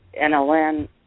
NLN